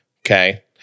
Okay